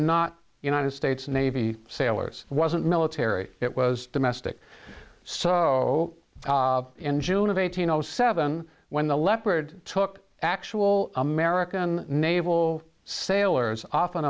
not united states navy sailors wasn't military it was domestic so in june of eighteen zero seven when the leopard took actual american naval sailors off